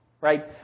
right